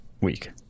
week